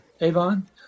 Avon